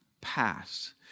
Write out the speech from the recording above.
pass